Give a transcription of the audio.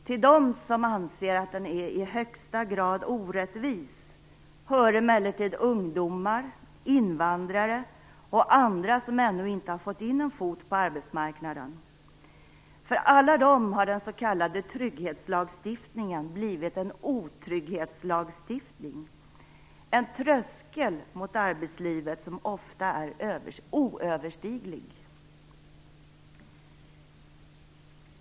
Till dem som anser att den är i högsta grad orättvis hör emellertid ungdomar, invandrare och andra som ännu inte har fått in en fot på arbetsmarknaden. För alla dem har den s.k. trygghetslagstiftningen blivit en otrygghetslagstiftning, en tröskel mot arbetslivet som ofta är oöverstiglig.